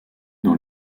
dans